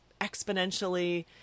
exponentially